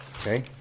okay